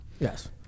yes